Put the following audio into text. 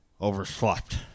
Overslept